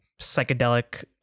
psychedelic